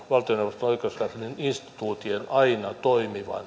valtioneuvoston oikeuskanslerin instituution aina toimivan